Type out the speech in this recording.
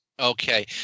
Okay